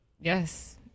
Yes